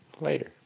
later